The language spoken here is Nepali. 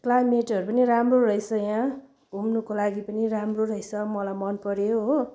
क्लाइमेटहरू पनि राम्रो रहेछ यहाँ घुम्नुको लागि पनि राम्रो रहेछ मलाई मनपऱ्यो हो